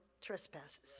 trespasses